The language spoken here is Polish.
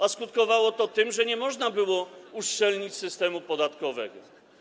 A skutkowało to tym, że nie można było uszczelnić systemu podatkowego.